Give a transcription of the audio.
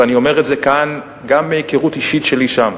ואני אומר את זה כאן גם מהיכרות אישית שלי שם,